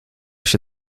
się